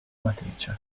matrice